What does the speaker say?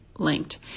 linked